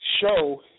show